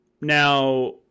Now